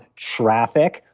traffic,